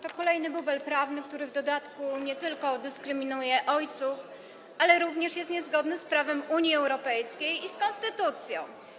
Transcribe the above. To kolejny bubel prawny, który w dodatku nie tylko dyskryminuje ojców, ale również jest niezgodny z prawem Unii Europejskiej i z konstytucją.